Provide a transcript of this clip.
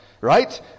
right